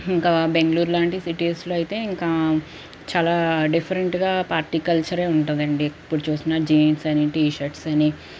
ఇంక బ్యాంగ్లూరు లాంటి సిటీస్లో అయితే ఇంక చాలా డిఫరెంట్గా పార్టీ కల్చరే ఉంటుందండీ ఎప్పుడు చూసిన జీన్స్ అని టీ షర్ట్స్ అని